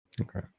okay